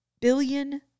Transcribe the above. billion